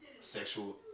sexual